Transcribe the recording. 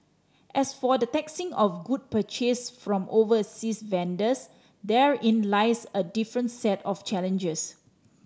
as for the taxing of good purchased from overseas vendors therein lies a different set of challenges